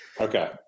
Okay